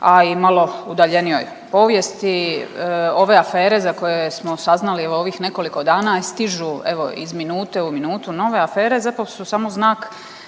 a i malo udaljenijoj povijesti. Ove afere za koje smo saznali u ovih nekoliko dana, stižu evo iz minute u minute nove afere zapravo su samo znak